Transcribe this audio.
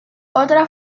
otra